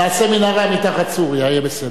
נעשה מנהרה מתחת לסוריה, יהיה בסדר.